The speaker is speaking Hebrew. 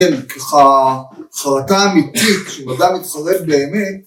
כן, ככה החלטה אמיתית, כשאדם מתחזק באמת